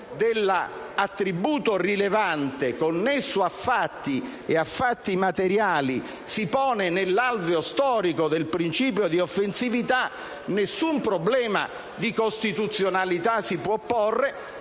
dell'attributo rilevante connesso a fatti materiali si pone nell'alveo storico del principio di offensività, nessun problema di costituzionalità si può porre